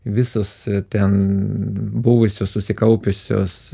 visos ten buvusios susikaupusios